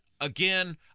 Again